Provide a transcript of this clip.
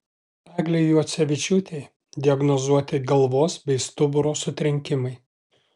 eglei juocevičiūtei diagnozuoti galvos bei stuburo sutrenkimai